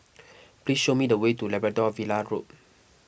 please show me the way to Labrador Villa Road